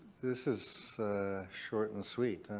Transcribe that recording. this is short and sweet. and